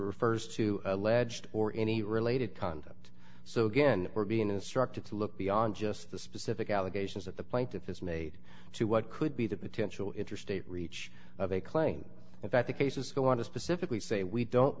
refers to alleged or any related conduct so again we're being instructed to look beyond just the specific allegations that the plaintiff has made to what could be the potential interstate reach of a claim in fact the cases who want to specifically say we don't